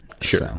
sure